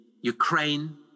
ukraine